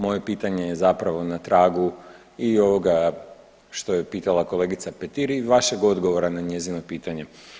Moje pitanje je zapravo na tragu i ovoga što je pitala kolegica Petir i vašeg odgovora na njezino pitanje.